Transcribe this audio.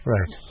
Right